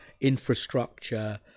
infrastructure